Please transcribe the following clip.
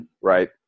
Right